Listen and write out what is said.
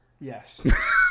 Yes